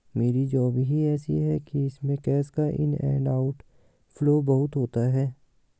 मेरी जॉब ही ऐसी है कि इसमें कैश का इन एंड आउट फ्लो बहुत होता है